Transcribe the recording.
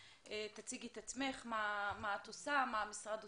תציגי את עצמך, מה את עושה, מה המשרד עושה?